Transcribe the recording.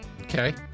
Okay